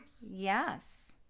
Yes